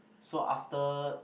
so after